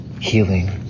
Healing